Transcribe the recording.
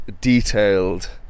detailed